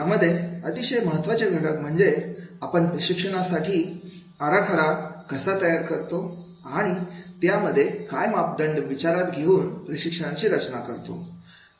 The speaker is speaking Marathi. यामध्ये अतिशय महत्त्वाचे घटक म्हणजे आपण प्रशिक्षणा साठी आराखडा कसा तयार करतो आणी त्या मध्ये काय मापदंड विचारात घेऊन प्रशिक्षणाची रचना करतो